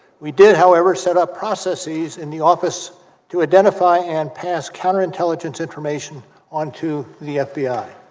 we did however setup process ease in the office to identify and paris counterintelligence information on to the fbi